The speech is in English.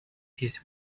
his